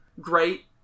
great